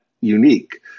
unique